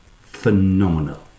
phenomenal